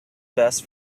best